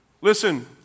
Listen